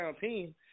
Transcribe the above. team